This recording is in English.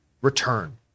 return